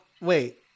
Wait